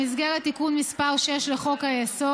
במסגרת תיקון מס' 6 לחוק-היסוד,